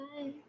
bye